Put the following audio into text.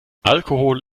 alkohol